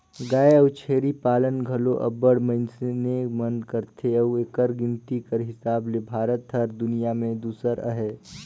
गाय अउ छेरी पालन घलो अब्बड़ मइनसे मन करथे अउ एकर गिनती कर हिसाब ले भारत हर दुनियां में दूसर अहे